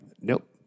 Nope